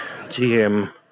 GM